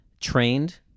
trained